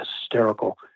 hysterical